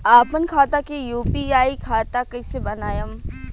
आपन खाता के यू.पी.आई खाता कईसे बनाएम?